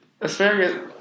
Asparagus